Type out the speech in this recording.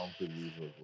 Unbelievable